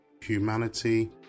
humanity